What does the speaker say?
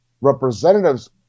representatives